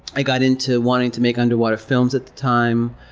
i got into wanting to make underwater films at the time,